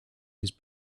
his